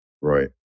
Right